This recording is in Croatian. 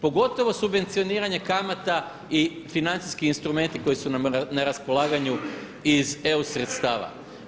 Pogotovo subvencioniranje kamata i financijski instrumenti koji su nam na raspolaganju iz eu sredstava.